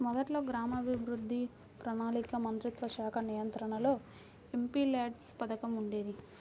మొదట్లో గ్రామీణాభివృద్ధి, ప్రణాళికా మంత్రిత్వశాఖ నియంత్రణలో ఎంపీల్యాడ్స్ పథకం ఉండేది